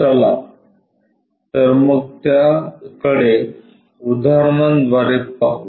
चला तर मग त्याकडे उदाहरणाद्वारे पाहू